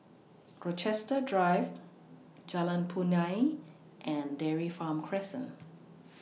Rochester Drive Jalan Punai and Dairy Farm Crescent